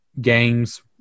games